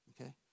Okay